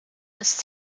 ist